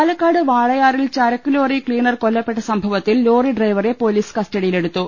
പാലക്കാട് വാളയാറിൽ ചരക്കുലോറി ക്ലീനർ കൊല്ലപ്പെട്ട സംഭ വത്തിൽ ലോറി ഡ്രൈവറെ പൊലീസ് കസ്റ്റഡിയിലെടുത്തു